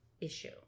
issue